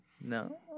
No